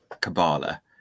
Kabbalah